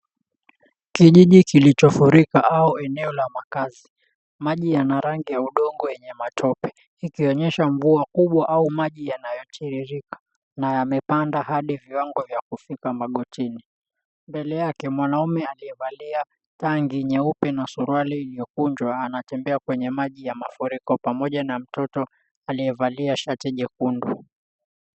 Kijiji kilichofurika au eneo la makazi. Maji yana rangi ya udongo yenye matope. Ikionyesha mvua kubwa au maji yanayotiririka na yamepanda hadi viwango vya kufika magotini. Mbele yake mwanaume aliyevalia tanki nyeupe na suruali iliyokunjwa anatembea kwenye maji ya mafuriko pamoja na mtoto aliyevalia shati jekundu.